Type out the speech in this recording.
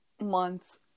months